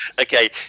Okay